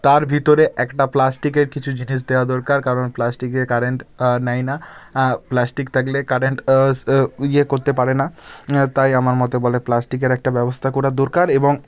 তার ভিতরে একটা প্লাস্টিকের কিছু জিনিস দেওয়া দরকার কারণ প্লাস্টিকে কারেন্ট নেয় না প্লাস্টিক থাকলে কারেন্ট ইয়ে করতে পারে না তাই আমার মতে বলে প্লাস্টিকের একটা ব্যবস্থা করা দরকার এবং